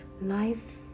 Life